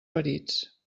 perits